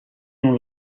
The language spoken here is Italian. non